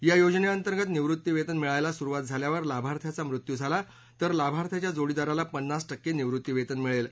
या योजनेअंतर्गत निवृत्तीवेतन मिळायला सुरुवात झाल्यावर लाभार्थ्याचा मृत्यू झाला तर लाभार्थ्याच्या जोडीदाराला पन्नास टक्के निवृत्तीवेतन मिळेल